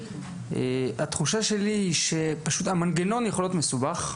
התחושה שלי היא שפשוט המנגנון יכול להיות מסובך,